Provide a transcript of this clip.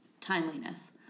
timeliness